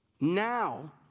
now